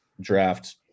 draft